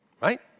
right